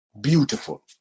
Beautiful